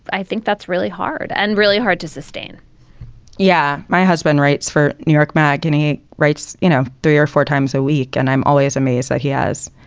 i think that's really hard and really hard to sustain yeah. my husband writes for new york magazine. he writes, you know, three or four times a week. and i'm always amazed that he has